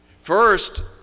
First